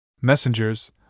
Messengers